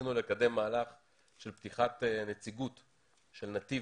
ניסינו לקדם מהלך של פתיחת נציגות של נתיב